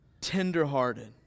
tenderhearted